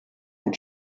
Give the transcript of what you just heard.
den